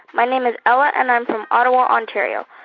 my name is ella. and i'm from ottawa, ontario.